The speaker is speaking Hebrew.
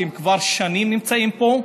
שכבר שנים נמצאים פה,